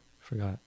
forgot